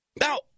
Now